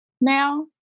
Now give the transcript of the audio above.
now